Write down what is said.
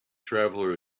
traveller